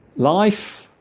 life